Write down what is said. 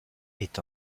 est